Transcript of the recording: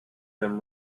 them